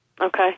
okay